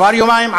עברו יומיים,